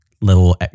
little